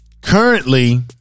Currently